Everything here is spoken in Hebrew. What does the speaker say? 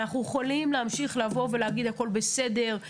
אנחנו יכולים להמשיך להגיד: הכול בסדר,